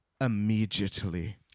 immediately